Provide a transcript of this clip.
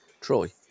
Troy